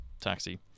Taxi